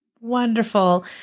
Wonderful